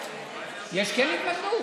יש התנגדות,